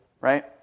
right